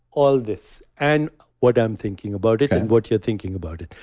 all this and what i'm thinking about it and what you're thinking about it.